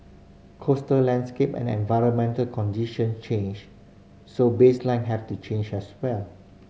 coastal landscape and environmental condition change so baseline have to change as well